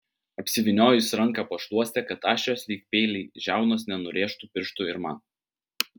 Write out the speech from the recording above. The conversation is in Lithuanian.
apsivyniojus ranką pašluoste kad aštrios lyg peiliai žiaunos nenurėžtų pirštų ir man